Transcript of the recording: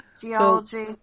Geology